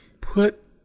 put